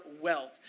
wealth